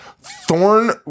Thorn